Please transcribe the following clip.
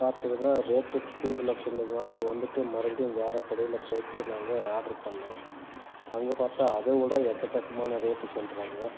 பார்த்ததுல ரேட்டு கூடுதலா சொன்னதினால வந்துட்டு மறுபடியும் வேறு கடையில் போய்விட்டு நாங்கள் ஆர்ட்ரு பண்ணிணோம் அங்கே பார்த்தா அதை விட எக்கச்சக்கமான ரேட்டு சொல்கிறாங்க